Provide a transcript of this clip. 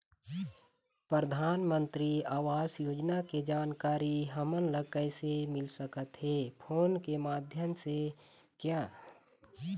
परधानमंतरी आवास योजना के जानकारी हमन ला कइसे मिल सकत हे, फोन के माध्यम से?